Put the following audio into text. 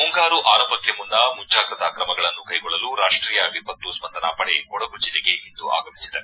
ಮುಂಗಾರು ಆರಂಭಕ್ಕೆ ಮುನ್ನ ಮುಂಜಾಗ್ರತಾ ತ್ರಮಗಳನ್ನು ಕೈಗೊಳ್ಳಲು ರಾಷ್ಟೀಯ ವಿಪತ್ತು ಸ್ಪಂದನಾ ಪಡೆ ಕೊಡಗು ಜಿಲ್ಲೆಗೆ ಇಂದು ಆಗಮಿಸಿದೆ